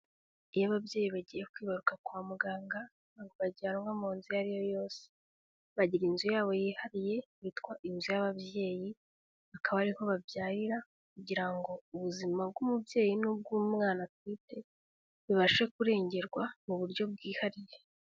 Iyo ababyeyi bagiye kwibaruka kwa muganga, ntago bajyanwa mu nzu iyo ariyo yose. Bagira inzu yabo yihariye, yitwa inzu y'ababyeyi, akaba ariho babyarira, kugira ngo ubuzima bw'umubyeyi n'ubw'umwana atwite, bibashe kurengerwa mu buryo bwihariye.